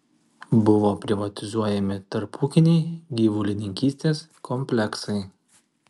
buvo privatizuojami tarpūkiniai gyvulininkystės kompleksai